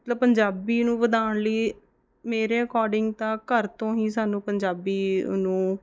ਮਤਲਬ ਪੰਜਾਬੀ ਨੂੰ ਵਧਾਉਣ ਲਈ ਮੇਰੇ ਅਕੋਡਿੰਗ ਤਾਂ ਘਰ ਤੋਂ ਹੀ ਸਾਨੂੰ ਪੰਜਾਬੀ ਨੂੰ